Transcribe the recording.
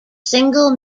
single